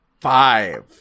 five